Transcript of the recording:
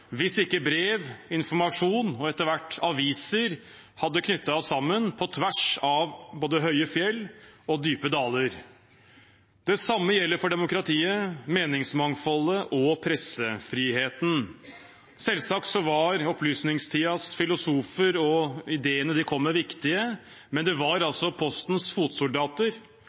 hvis ikke brev, informasjon og etter hvert aviser hadde knyttet oss sammen på tvers av både høye fjell og dype daler. Det samme gjelder for demokratiet, meningsmangfoldet og pressefriheten. Selvsagt var opplysningstidens filosofer og ideene de kom med, viktige. Men det var altså postens fotsoldater,